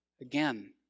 again